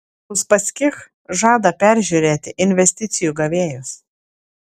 uspaskich žada peržiūrėti investicijų gavėjus